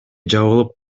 жабылып